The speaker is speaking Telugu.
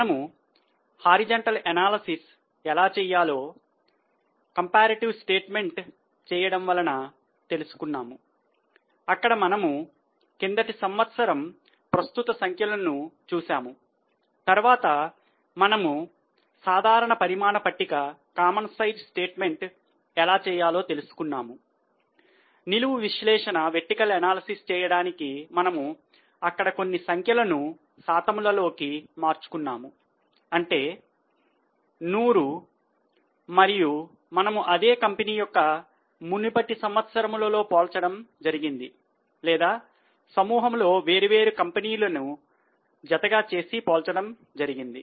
మనము అడ్డము విశ్లేషణ చేయడానికి మనము అక్కడ అన్ని సంఖ్యలను శాతములలోకి మార్చుకున్నాము అంటే 100 మరియు మనము అదే కంపెనీ యొక్క మునుపటి సంవత్సరములు పోల్చడం జరిగింది లేదా సమూహంలోని వేర్వేరు కంపెనీలు జతగా చేసి పోల్చడం జరిగింది